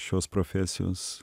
šios profesijos